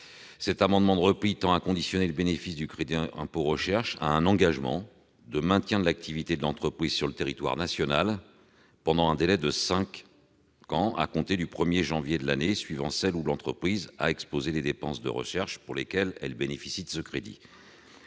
Cet amendement tend à conditionner le bénéfice du crédit d'impôt recherche à un engagement de maintien de l'activité de l'entreprise sur le territoire national pendant un délai de cinq ans à compter du 1 janvier de l'année suivant celle où l'entreprise a exposé les dépenses de recherche pour lesquelles elle bénéficie de ce crédit.